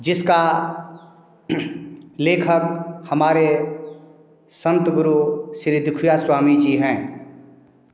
जिसका लेखक हमारे संत गुरु श्री दुखिया स्वामी जी हैं